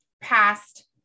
past